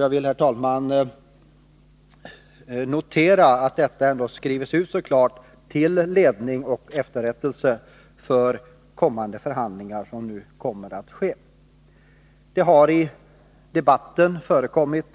Jag vill, herr talman, notera att detta skrivs ut så klart till ledning och efterrättelse för de förhandlingar som nu kommer att ske. Det har i debatten förekommit